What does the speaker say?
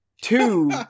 Two